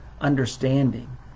understanding